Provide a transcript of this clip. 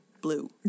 blue